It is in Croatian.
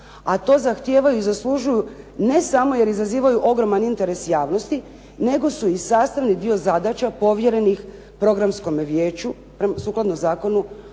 a to zahtijevaju i zaslužuju ne samo jer izazivaju ogroman interes javnosti nego su i sastavni dio zadaća povjerenih Programskome vijeću sukladno Zakonu